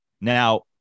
Now